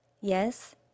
Yes